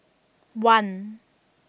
one